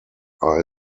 are